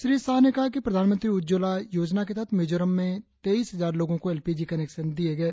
श्री शाह ने कहा कि प्रधानमंत्री उज्जवला योजना के तहत मिजोरम में तेईस हजार लोगों को एल पी जी कनेक्शन दिए गए